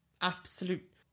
absolute